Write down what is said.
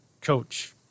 coach